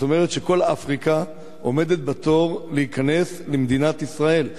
זאת אומרת שכל אפריקה עומדת בתור להיכנס למדינת ישראל.